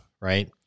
right